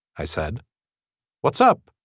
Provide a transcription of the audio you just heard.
i said what's up.